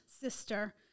sister